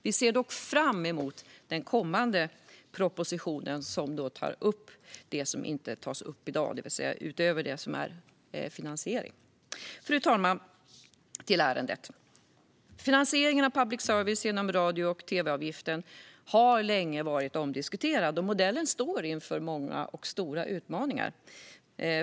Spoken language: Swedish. Vi ser dock fram emot den kommande propositionen som tar upp det som inte tas upp i dag, det vill säga det som är utöver finansieringen. Fru talman! Nu går jag vidare till ärendet. Finansieringen av public service genom radio och tv-avgiften har länge varit omdiskuterad. Modellen står inför många och stora utmaningar.